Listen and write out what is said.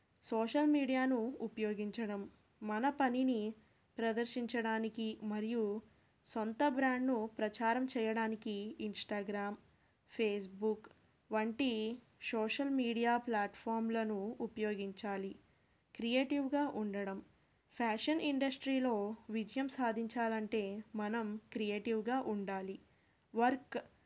social మీడియాను ఉపయోగించడం మన పనిని ప్రదర్శించడానికి మరియు సొంత బ్రాండ్ను ప్రచారం చెయ్యడానికి ఇన్స్టాగ్రామ్ ఫేస్బుక్ వంటి సోషల్ మీడియా ప్లాట్ఫామ్లను ఉపయోగించాలి క్రియేటివ్గా ఉండడం ఫ్యాషన్ ఇండస్ట్రీలో విజయం సాధించాలంటే మనం క్రియేటివ్గా ఉండాలి వర్క్